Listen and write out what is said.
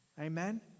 amen